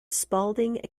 spalding